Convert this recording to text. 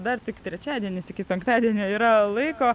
dar tik trečiadienis iki penktadienio yra laiko